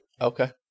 Okay